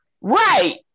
right